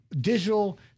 digital